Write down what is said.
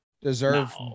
deserve